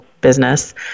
business